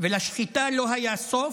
ולשחיטה לא היה סוף,